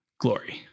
glory